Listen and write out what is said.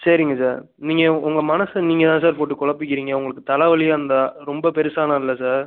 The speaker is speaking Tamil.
சரிங்க சார் நீங்கள் உங்கள் மனசை நீங்கள் தான் சார் போட்டு குழப்பிக்கிறீங்க உங்களுக்கு தலை வலி அந்த ரொம்ப பெருசாலாம் இல்லை சார்